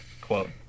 Quote